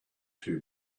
too